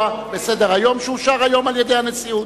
בסדר-היום שאושר היום על-ידי המזכירות.